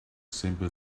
simple